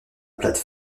plate